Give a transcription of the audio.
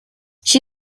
she